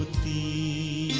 the